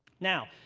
now,